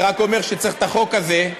זה רק אומר שצריך את החוק הזה,